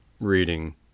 reading